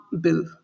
bill